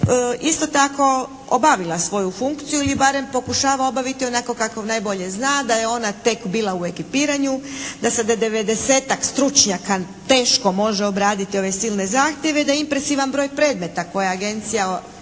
Isto tako obavila svoju funkciju ili barem pokušava obaviti onako kako najbolje zna, da je ona tek bila u ekipiranju, da se 90-ak stručnjaka teško može obraditi ove silne zahtjeve, da je impresivan broj predmeta koje je agencija